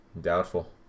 Doubtful